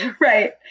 right